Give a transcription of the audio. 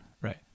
Right